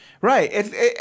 right